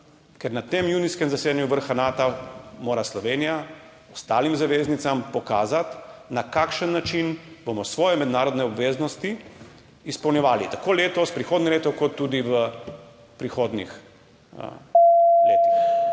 Ker na tem junijskem zasedanju vrha Nata mora Slovenija ostalim zaveznicam pokazati, na kakšen način bomo svoje mednarodne obveznosti izpolnjevali, tako letos, prihodnje leto kot tudi v prihodnjih letih.